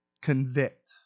convict